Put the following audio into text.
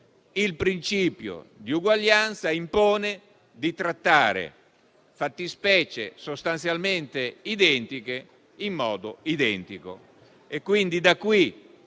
Il principio di uguaglianza impone di trattare fattispecie sostanzialmente identiche in modo identico.